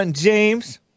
James